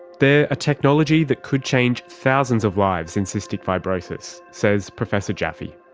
they are technology that could change thousands of lives in cystic fibrosis, says professor jaffe.